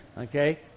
Okay